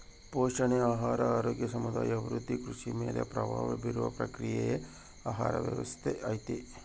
ಪೋಷಣೆ ಆಹಾರ ಆರೋಗ್ಯ ಸಮುದಾಯ ಅಭಿವೃದ್ಧಿ ಕೃಷಿ ಮೇಲೆ ಪ್ರಭಾವ ಬೀರುವ ಪ್ರಕ್ರಿಯೆಯೇ ಆಹಾರ ವ್ಯವಸ್ಥೆ ಐತಿ